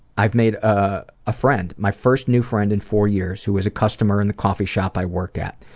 i've made a friend, my first new friend in four years, who is a customer in the coffee shop i work at,